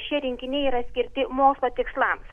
šie rinkiniai yra skirti mokslo tikslams